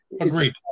Agreed